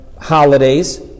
holidays